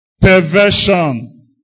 perversion